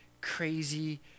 crazy